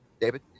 David